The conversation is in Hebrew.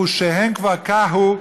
חושיהם כבר קהו,